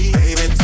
baby